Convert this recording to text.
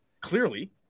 Clearly